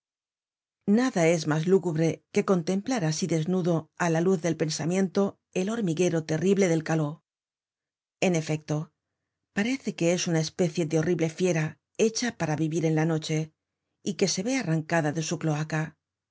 nada es mas lúgubre que contemplar asi desnudo á la luz del pensamiento el hormiguero terrible del caló en efecto parece que es una especie de horrible fiera hecba para vivir en la noche y que se ve arrancada de su cloaca